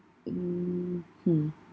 mm hmm